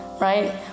right